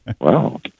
Wow